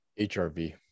HRV